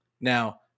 Now